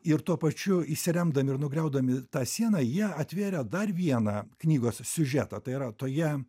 ir tuo pačiu įsiremdami ir griaudami tą sieną jie atvėrė dar vieną knygos siužetą tai yra toje